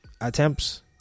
Attempts